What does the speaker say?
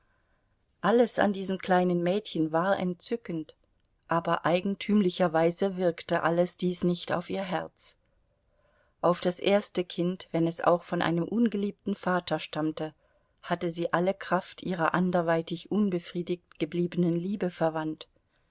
alles an diesem kleinen mädchen war entzückend aber eigentümlicherweise wirkte alles dies nicht auf ihr herz auf das erste kind wenn es auch von einem ungeliebten vater stammte hatte sie alle kraft ihrer anderweitig unbefriedigt gebliebenen liebe verwandt